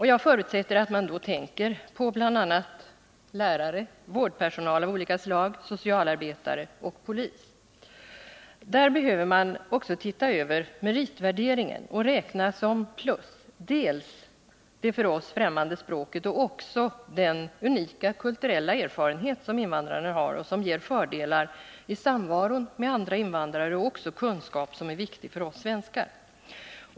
Jag förutsätter att man då tänker på bl.a. lärare, vårdpersonal av olika slag, socialarbetare och poliser. Man behöver här också se över meritvärderingen och räkna som plus dels kunskaper i det för oss främmande språket, dels den unika kulturella erfarenhet som invandrarna har och som ger fördelar i samvaron med andra invandrare och även med oss svenskar.